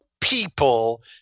people